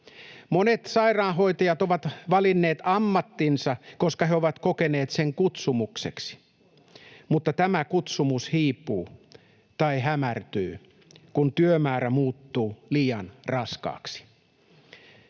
Monet sairaanhoitajat ovat valinneet ammattinsa, koska he ovat kokeneet sen kutsumukseksi. Mutta tämä kutsumus hiipuu tai hämärtyy, kun työmäärä muuttuu liian raskaaksi.”